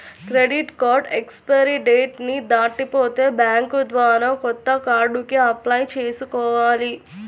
credit card expiry date ని దాటిపోతే bank ద్వారా కొత్త కార్డుకి అప్లై చేసుకోవాలి